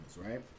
right